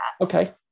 okay